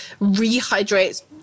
rehydrates